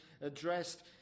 addressed